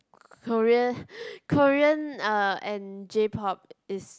Korea Korean uh and J pop is